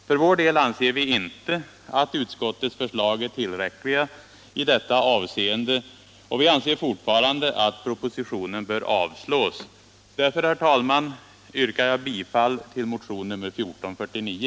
För vår del anser vi inte att utskottets förslag är tillräckliga i detta avseende, och vi anser fortfarande att propositionen bör avslås. Därför, herr talman, yrkar jag bifall till motionen 1449.